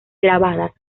grabadas